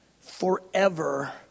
forever